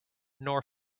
nor